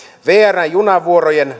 vrn junavuorojen